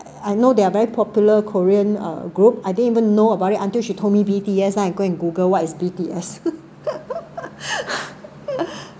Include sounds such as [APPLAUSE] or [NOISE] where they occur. I know they're are very popular korean uh group I didn't even know about it until she told me B_T_S then I go and google what is B_T_S [LAUGHS]